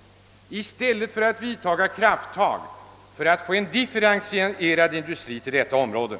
— i stället för att ta krafttag för att få en differentierad industri till detta område.